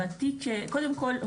קודם כול,